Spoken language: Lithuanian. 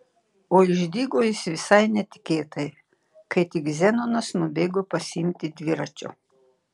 o išdygo jis visai netikėtai kai tik zenonas nubėgo pasiimti dviračio